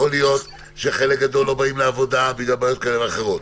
יכול להיות שחלק גדול לא באים לעבודה בגלל בעיות כאלה ואחרות.